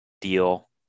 deal